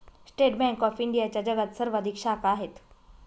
state bank of इंडियाच्या जगात सर्वाधिक शाखा आहेत